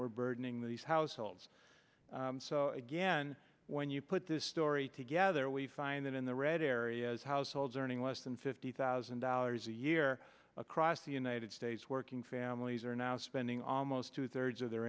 we're burdening these households so again when you put this story together we find that in the red areas households earning less than fifty thousand dollars a year across the united states working families are now spending almost two thirds of their